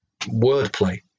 wordplay